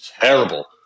terrible